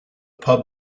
pub